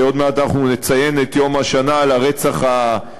ועוד מעט אנחנו נציין את יום השנה לרצח הנפשע,